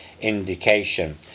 indication